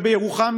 ובירוחם,